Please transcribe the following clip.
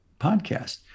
podcast